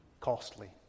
costly